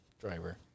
driver